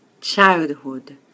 childhood